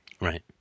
Right